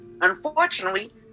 unfortunately